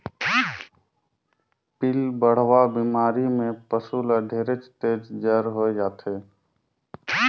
पिलबढ़वा बेमारी में पसु ल ढेरेच तेज जर होय जाथे